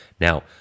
Now